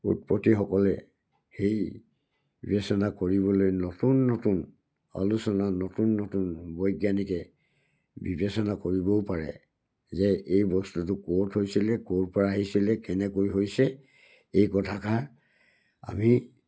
উৎপত্তিসকলে সেই বিবেচনা কৰিবলৈ নতুন নতুন আলোচনা নতুন নতুন বৈজ্ঞানিকে বিবেচনা কৰিবও পাৰে যে এই বস্তুটো ক'ত হৈছিলে ক'ৰপৰা আহিছিলে কেনেকৈ হৈছে এই কথাষাৰ আমি